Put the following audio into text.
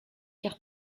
car